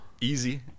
Easy